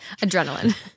Adrenaline